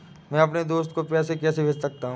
मैं अपने दोस्त को पैसे कैसे भेज सकता हूँ?